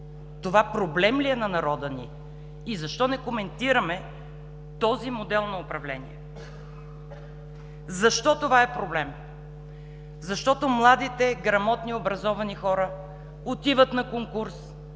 Това проблем ли е на народа ни и защо не коментираме този модел на управление? Защо това е проблем? Защото младите грамотни, образовани хора отиват на конкурс,